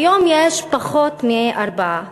כיום יש פחות מארבע.